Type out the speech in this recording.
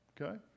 okay